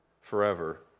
forever